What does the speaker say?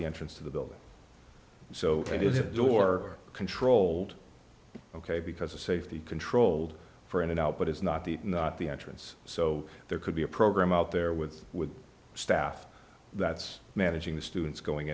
the entrance to the building so it is a door controlled ok because of safety controlled for in and out but it's not the not the entrance so there could be a program out there with with staff that's managing the students going